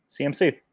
CMC